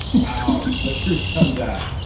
wow. the truth comes out.